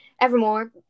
Evermore